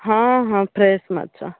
ହଁ ହଁ ଫ୍ରେସ୍ ମାଛ